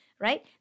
right